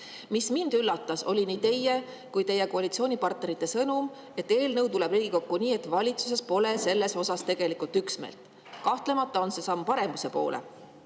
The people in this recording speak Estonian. Mis mind üllatas, oli nii teie kui ka teie koalitsioonipartnerite sõnum, et eelnõu tuleb Riigikokku nii, et valitsuses pole selles tegelikult üksmeelt. Kahtlemata on see samm paremuse poole,